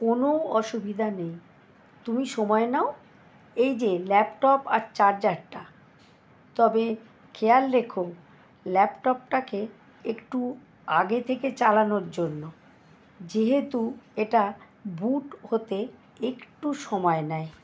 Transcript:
কোনো অসুবিধা নেই তুমি সময় নাও এই যে ল্যাপটপ আর চার্জারটা তবে খেয়াল রেখো ল্যাপটপটাকে একটু আগে থেকে চালানোর জন্য যেহেতু এটা বুট হতে একটু সময় নেয়